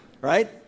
Right